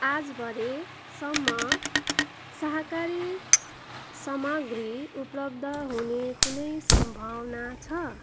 आज भरेसम्म शाहाकारी सामाग्री उपलब्ध हुने कुनै सम्भावना छ